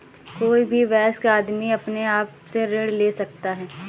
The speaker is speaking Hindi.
कोई भी वयस्क आदमी अपने आप से ऋण ले सकता है